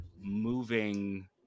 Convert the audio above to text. moving